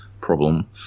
problem